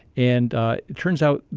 and it turns out,